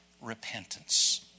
repentance